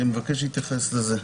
אני מבקש להתייחס לזה.